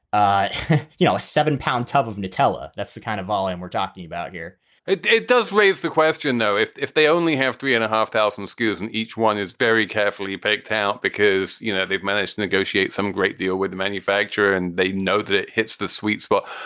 ah you know, a seven pound tub of nutella. that's the kind of volume we're talking about here it does raise the question, though, if if they only have three and a half thousand skus and each one is very carefully picked out because, you know, they've managed to negotiate some great deal with the manufacturer and they know that it hits the sweet spot.